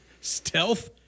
Stealth